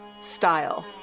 style